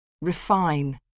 Refine